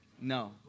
No